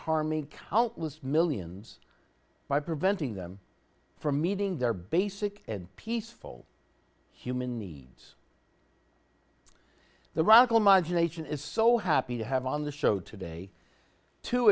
harming countless millions by preventing them from meeting their basic and peaceful human needs the radical modulation is so happy to have on the show today to